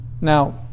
now